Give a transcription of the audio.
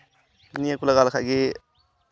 ᱱᱤᱭᱟᱹ ᱠᱚ ᱞᱟᱜᱟᱣ ᱞᱮᱠᱷᱟᱡ ᱜᱮ